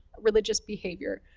religious behavior.